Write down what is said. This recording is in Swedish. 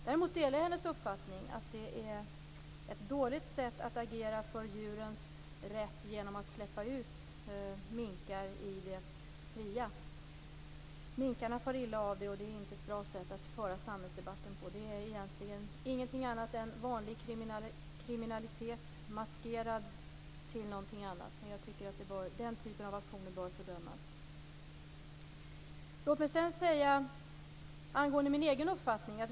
Däremot delar jag hennes uppfattning att det är ett dåligt sätt att agera för djurens rätt genom att släppa ut minkar i det fria. Minkarna far illa, och det är inte ett bra sätt att föra samhällsdebatten på. Det är egentligen ingenting annat än vanlig kriminalitet maskerad till något annat. Den typen av aktioner bör fördömas. Sedan var det frågan om min egen uppfattning.